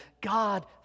God